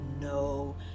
no